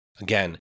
Again